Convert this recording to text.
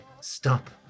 stop